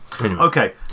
okay